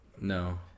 No